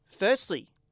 Firstly